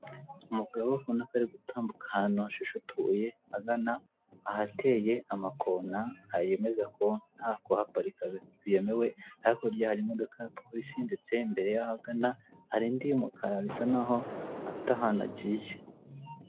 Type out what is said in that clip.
Umugabo abona ko ari gutambuka ahantu hashishe utubuye agana ahateye amakona ayemeza ko nta kuparika byemewe ariko hirya hari imodoka ya polisi ndetse imbere ye ahagana hirya hari indi y'umukara bisa n'aho afite ahantu agiye.